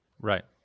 right